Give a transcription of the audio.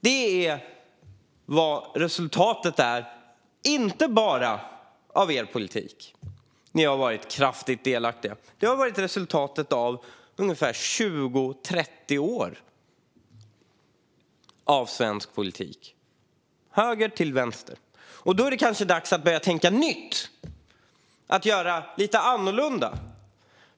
Det är resultatet inte bara av er politik - även om ni har varit kraftigt delaktiga - utan det är resultatet av 20-30 års svensk politik, från höger till vänster. Då är det kanske dags att börja tänka nytt och göra lite annorlunda.